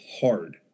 hard